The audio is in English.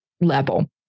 level